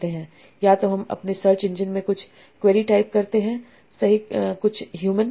या तो हम अपने सर्च इंजन में कुछ क्वेरी टाइप करते हैं सही कुछ ह्यूमन